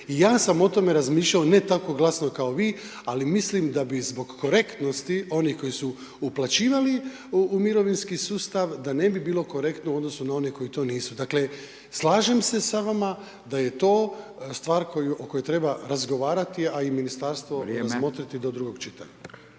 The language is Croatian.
i ja sam o tome razmišljao, ne tako glasno kao vi, ali mislim da bi zbog korektnosti onih koji su uplaćivali u mirovinski sustav, da ne bi bilo korektno u odnosu na one koji to nisu. Dakle slažem se sa vama da je to stvar o kojoj treba razgovarati, a i ministarstvo razmotriti do drugog čitanja.